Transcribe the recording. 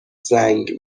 زنگ